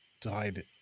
died